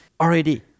already